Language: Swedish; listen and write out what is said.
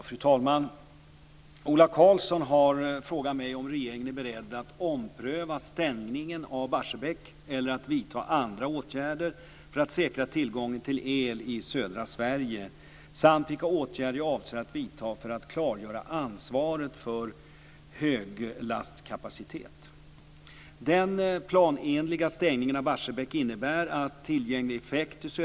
Fru talman! Ola Karlsson har frågat mig om regeringen är beredd att ompröva stängningen av Barsebäck eller att vidta andra åtgärder för att säkra tillgången till el i södra Sverige samt vilka åtgärder jag avser att vidta för att klargöra ansvaret för höglastkapacitet. megawatt.